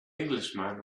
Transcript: englishman